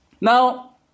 Now